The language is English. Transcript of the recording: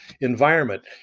environment